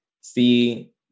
see